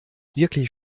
wirklich